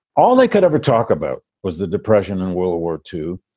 all they could ever talk about was the depression and world war two.